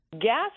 gas